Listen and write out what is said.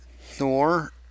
Thor